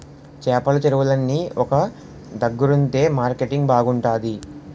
చేపల చెరువులన్నీ ఒక దగ్గరుంతె మార్కెటింగ్ బాగుంతాది